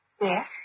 Yes